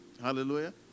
Hallelujah